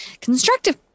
constructive